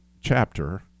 chapter